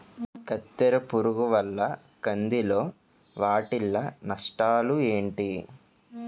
కత్తెర పురుగు వల్ల కంది లో వాటిల్ల నష్టాలు ఏంటి